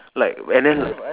like and then